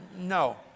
No